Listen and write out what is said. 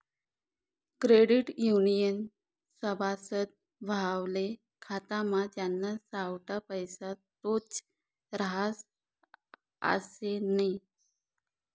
credit युनियननं सभासद व्हवाले खातामा ज्याना सावठा पैसा तोच रहास आशे नै